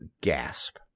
gasp